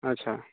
अच्छा